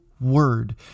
word